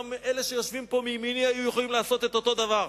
גם אלה שיושבים פה מימיני היו יכולים לעשות את אותו הדבר.